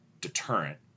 deterrent